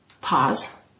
pause